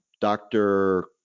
Dr